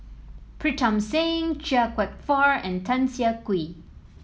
Pritam Singh Chia Kwek Fah and Tan Siah Kwee